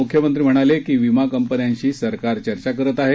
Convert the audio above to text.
मुख्यमंत्री पुढं म्हणाले की विमा कंपन्यांशी सरकार चर्चा करत आहे